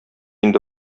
инде